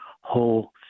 whole